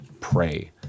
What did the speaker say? Pray